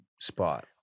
spot